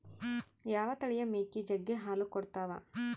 ಯಾವ ತಳಿಯ ಮೇಕೆ ಜಗ್ಗಿ ಹಾಲು ಕೊಡ್ತಾವ?